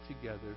together